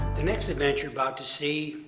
the next event you're about to see,